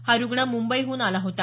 हा रुग्ण मुंबईहून आला होता